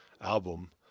album